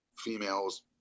females